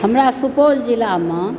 हमरा सुपौल जिलामे